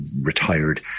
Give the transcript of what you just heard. retired